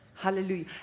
Hallelujah